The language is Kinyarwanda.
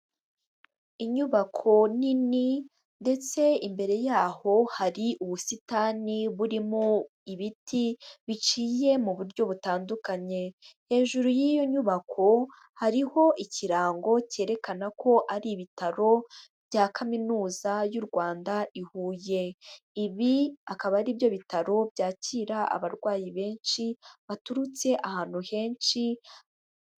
Inyubako nini ndetse imbere yaho hari ubusitani burimo ibiti biciye mu buryo butandukanye. Hejuru y'iyo nyubako hariho ikirango cyerekana ko ari ibitaro bya kaminuza y'u Rwanda, i Huye. Ibi akaba ari byo bitaro byakira abarwayi benshi baturutse ahantu henshi.